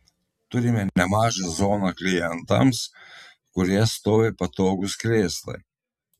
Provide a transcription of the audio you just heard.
turime nemažą zoną klientams kurioje stovi patogūs krėslai